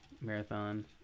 marathon